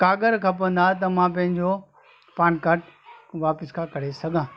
काॻरु खपंदा त मां पंहिंजो पान कार्ड वापसि खां करे सघां